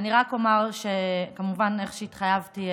רק אומר שאיך שהתחייבתי,